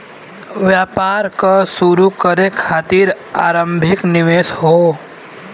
व्यापार क शुरू करे खातिर आरम्भिक निवेश हौ